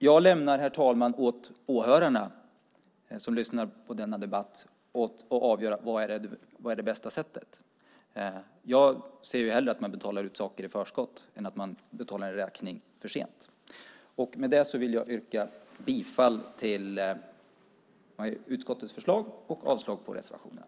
Jag överlåter på åhörarna, på dem som lyssnar på denna debatt, att avgöra vad som är det bästa sättet. Jag ser ju hellre att man betalar ut i förskott än att en räkning betalas för sent. Med det sagda yrkar jag bifall till utskottets förslag i betänkandet och avslag på reservationerna.